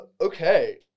okay